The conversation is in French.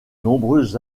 nombreuses